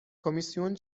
کمیسیون